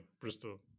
Bristol